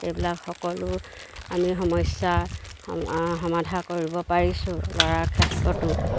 সেইবিলাক সকলো আমি সমস্যাৰ সমাধা কৰিব পাৰিছোঁ ল'ৰাৰ ক্ষেত্ৰতো